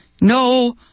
No